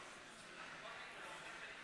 ציון עשור למלחמת לבנון